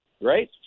right